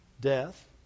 death